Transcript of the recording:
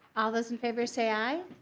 all those in favor say aye.